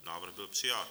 Návrh byl přijat.